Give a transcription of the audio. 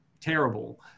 terrible